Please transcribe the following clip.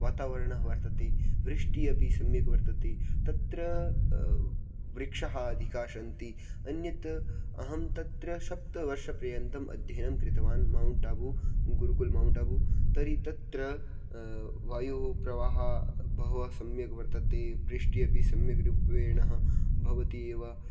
वातावरणं वर्तते वृष्टिः अपि सम्यक् वर्तते तत्र वृक्षाः अधिकाः सन्ति अन्यत् अहं तत्र सप्तवर्षपर्यन्तम् अध्ययनं कृतवान् मौण्ट् आबु गुरुकुल् मौण्ट् आबु तर्हि तत्र वायुप्रवाहः बहवः सम्यक् वर्तते वृष्टिः अपि सम्यक् रूपेण भवति एव